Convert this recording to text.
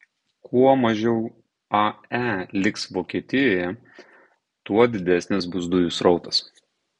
kuo mažiau ae liks vokietijoje tuo didesnis bus dujų srautas